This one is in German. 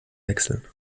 wechseln